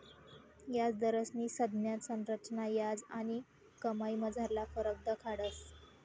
याजदरस्नी संज्ञा संरचना याज आणि कमाईमझारला फरक दखाडस